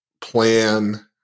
plan